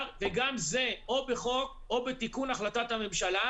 וגם זה או בחוק או בתיקון החלטת הממשלה,